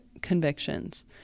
convictions